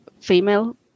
female